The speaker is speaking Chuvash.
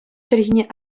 чӗлхине